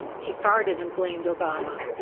he farted and blamed obama.